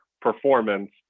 performance